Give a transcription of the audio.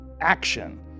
action